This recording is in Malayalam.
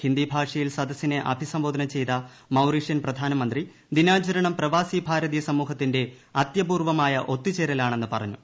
ഹിന്ദി ഭാഷയിൽ സദസിനെ അഭിസംബോധന ചെയ്ത മൌറിഷ്യസ് പ്രധാനമന്ത്രി ദിനാചർണം പ്രവാസി ഭാരതീയ സമൂഹത്തിന്റെ അത്യപൂർവ്വമായ ഒത്തുചേരലാണെന്ന് പറഞ്ഞു